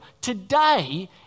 today